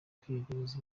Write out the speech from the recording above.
kwiyegereza